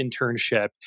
internship